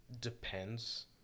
depends